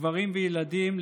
גברים וילדים,